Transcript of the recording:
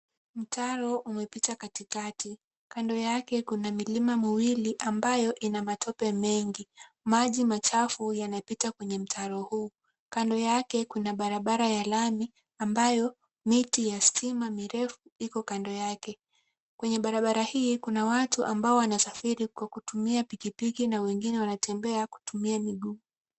Mtaro umepita katikati. Kando yake kuna milima miwili ambayo imejaa matope mengi. Maji machafu yanapita kwenye mtaro huu. Kando yake kuna barabara ya lami ambayo miti ya stima mirefu iko kando yake. Kwenye barabara hii kuna watu ambao wanasafiri kwa kutumia pikipiki na wengine wanatembea kutumia miguu.